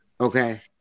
Okay